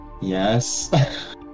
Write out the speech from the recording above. Yes